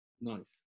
Nice